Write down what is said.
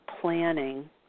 planning